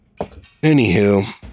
Anywho